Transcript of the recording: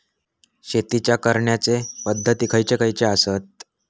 शेतीच्या करण्याचे पध्दती खैचे खैचे आसत?